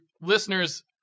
listeners